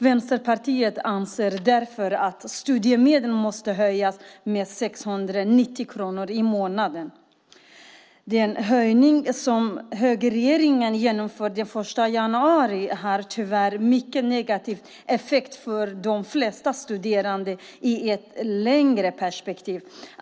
Vänsterpartiet anser därför att studiemedlen måste höjas med 690 kronor i månaden. Den höjning som högerregeringen genomförde den 1 januari har tyvärr en mycket negativ effekt för de flesta studerande i ett längre perspektiv.